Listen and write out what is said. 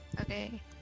Okay